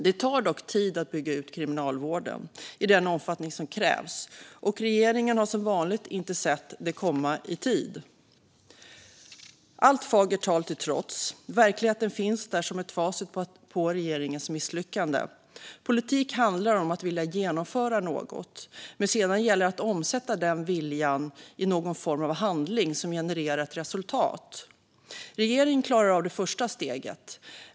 Det tar dock tid att bygga ut kriminalvården i den omfattning som krävs, och regeringen har som vanligt inte sett det komma i tid. Allt fagert tal till trots finns verkligheten där som ett facit på regeringens misslyckande. Politik handlar om att vilja genomföra något. Men det gäller att omsätta den viljan i någon form av handling som generar ett resultat. Regeringen klarar av det första steget.